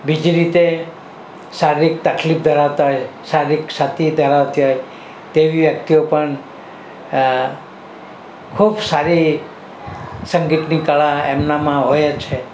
બીજી રીતે શારીરિક તકલીફ ધરાવતા હોય શારીરિક ક્ષતિ ધરાવતી હોય તેવી વ્યક્તિઓ પણ ખૂબ સારી સંગીતની કળા એમનામાં હોય છે